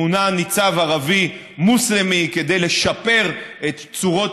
מונה ניצב ערבי מוסלמי כדי לשפר את צורות